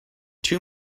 two